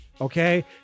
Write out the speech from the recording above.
okay